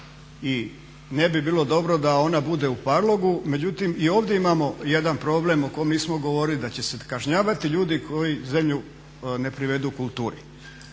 I ne bi bilo dobro da ona bude u parlogu, međutim i ovdje imamo jedan problem o kome nismo govorili da će se kažnjavati, ljudi koji zemlju ne privedu kulturi.